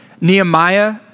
Nehemiah